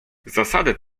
zasadę